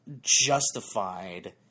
justified